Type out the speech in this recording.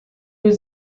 was